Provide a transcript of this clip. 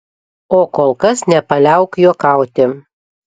o kol kas nepaliauk juokauti